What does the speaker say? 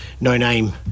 no-name